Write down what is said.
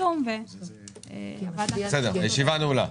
הישיבה נעולה.